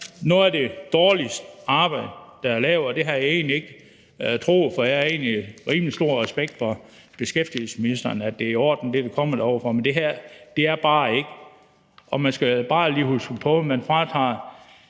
noget af det dårligste arbejde, der er lavet, og det havde jeg egentlig ikke troet, for jeg har rimelig stor respekt for beskæftigelsesministeren og for, at det, der kommer derovrefra, er i orden. Men det her er bare ikke. Og man skal lige huske på, at man fratager